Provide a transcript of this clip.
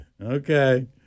Okay